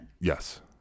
Yes